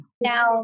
Now